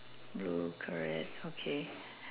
blue correct okay